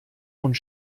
und